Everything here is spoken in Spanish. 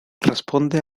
responde